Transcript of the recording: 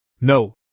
No